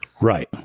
right